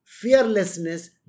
Fearlessness